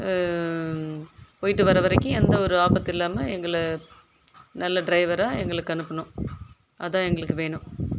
போயிட்டு வர வரைக்கும் எந்த ஒரு ஆபத்து இல்லாமல் எங்களை நல்ல டிரைவராக எங்களுக்கு அனுப்பணும் அதுதான் எங்களுக்கு வேணும்